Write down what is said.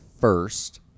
first